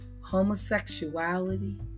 homosexuality